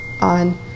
on